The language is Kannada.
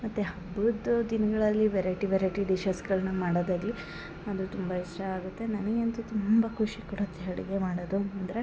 ಮತ್ತು ಹಬ್ಬದ ದಿನಗಳಲ್ಲಿ ವೆರೈಟಿ ವೆರೈಟಿ ಡಿಷಸ್ಗಳನ್ನ ಮಾಡೊದಾಗಲಿ ಅದು ತುಂಬ ಇಷ್ಟ ಆಗುತ್ತೆ ನನಗೆ ಅಂತು ತುಂಬ ಖುಷಿ ಕೊಡುತ್ತೆ ಅಡಿಗೆ ಮಾಡದು ಅಂದರೆ